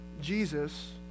Jesus